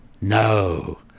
No